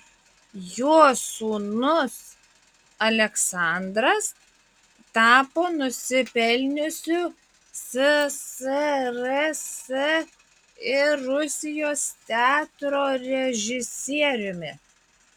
jo sūnus aleksandras tapo nusipelniusiu ssrs ir rusijos teatro režisieriumi